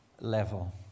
level